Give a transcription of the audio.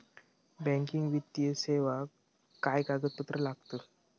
Banking वित्तीय सेवाक काय कागदपत्र लागतत?